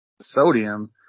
sodium